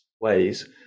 ways